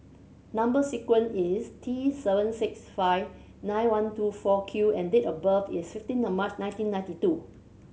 number sequence is T seven six five nine one two four Q and date of birth is fifteen of March nineteen ninety two